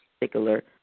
particular